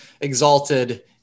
Exalted